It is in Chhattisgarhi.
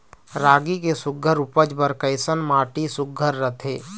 रागी के सुघ्घर उपज बर कैसन माटी सुघ्घर रथे?